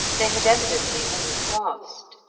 they had evidently all passed.